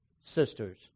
sisters